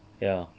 ya